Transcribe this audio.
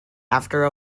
after